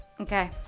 Okay